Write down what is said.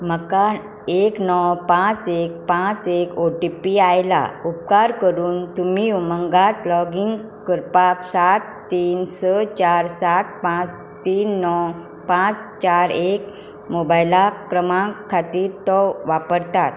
म्हाका एक णव पांच एक पांच एक ओ टी पी आयला उपकार करून तुमी उमंगात लॉगीन करपाक सात तीन स चार सात पांच तीन णव पाच चार एक मोबायला क्रमांका खातीर तो वापरता